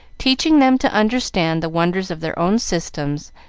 teaching them to understand the wonders of their own systems,